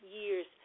years